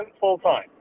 full-time